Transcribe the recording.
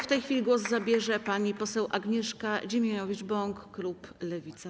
W tej chwili głos zabierze pani poseł Agnieszka Dziemianowicz-Bąk, klub Lewica.